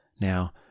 Now